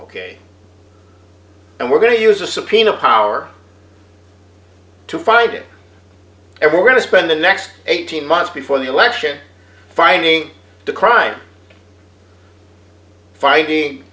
ok and we're going to use a subpoena power to fight it and we're going to spend the next eighteen months before the election fighting the crime fighting